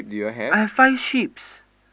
I have five sheep's